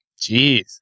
Jeez